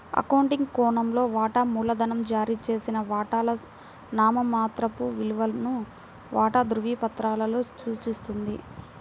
accounting కోణంలో, వాటా మూలధనం జారీ చేసిన వాటాల నామమాత్రపు విలువను వాటా ధృవపత్రాలలో సూచిస్తుంది